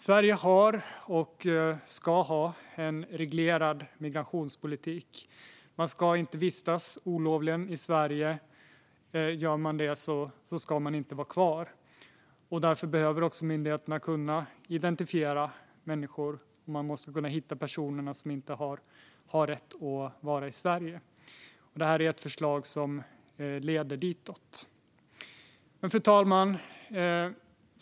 Sverige har och ska ha en reglerad migrationspolitik. Man ska inte vistas olovligen i Sverige. Om man gör det ska man inte vara kvar. Därför behöver också myndigheterna kunna identifiera människor, och man måste kunna hitta de personer som inte har rätt att vara i Sverige. Det här är ett förslag som leder ditåt. Fru talman!